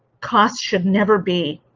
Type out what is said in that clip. cost should never be